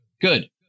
Good